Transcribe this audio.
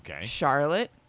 Charlotte